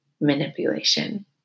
manipulation